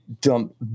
dump